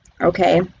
okay